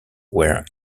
were